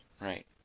right